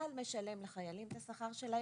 צה"ל משלם לחיילים את השכר שלהם,